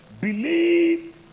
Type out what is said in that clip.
believe